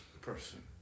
person